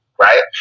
Right